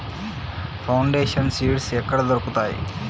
Foundation seeds ఎక్కడ దొరుకుతాయి?